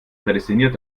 prädestiniert